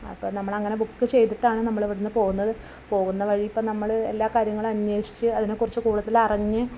അപ്പം നമ്മൾ അങ്ങനെ ബുക്ക് ചെയ്തിട്ടാണ് നമ്മൾ അവിടെ നിന്ന് പോകുന്നത് പോകുന്ന വഴിയപ്പം നമ്മൾ എല്ലാ കാര്യങ്ങളും അന്വേഷിച്ച് അതിനെക്കുറിച്ച് കൂടുതലറിഞ്ഞ്